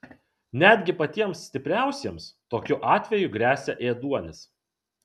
netgi patiems stipriausiems tokiu atveju gresia ėduonis